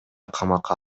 камакка